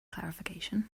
clarification